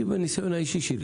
מהניסיון האישי שלי